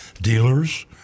dealers